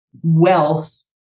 Wealth